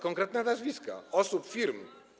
Konkretne nazwiska osób, firm.